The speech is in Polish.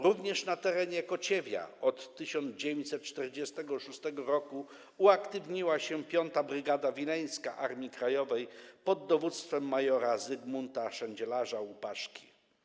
Również na terenie Kociewia od 1946 r. uaktywniła się 5. Brygada Wileńska Armii Krajowej pod dowództwem mjr. Zygmunta Szendzielarza „Łupaszki”